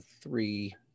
three